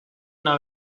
una